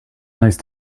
nice